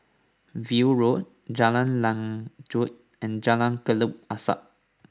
View Road Jalan Lanjut and Jalan Kelabu Asap